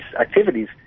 activities